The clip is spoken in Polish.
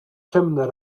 ciemne